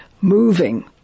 moving